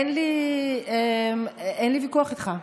אין לי ויכוח איתך.